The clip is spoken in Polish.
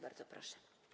Bardzo proszę.